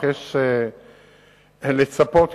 רצוני לשאול: